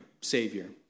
Savior